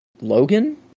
Logan